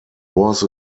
was